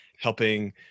Helping